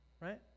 right